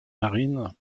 marine